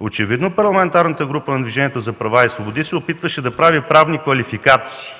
Очевидно Парламентарната група на ДПС се опитваше да прави правни квалификации